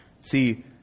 see